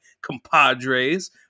compadres